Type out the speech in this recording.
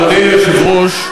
אדוני היושב-ראש,